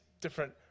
different